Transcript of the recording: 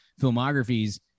filmographies